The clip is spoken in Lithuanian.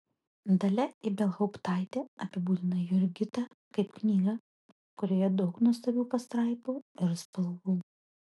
dalia ibelhauptaitė apibūdina jurgitą kaip knygą kurioje daug nuostabių pastraipų ir spalvų